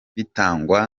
bitangwa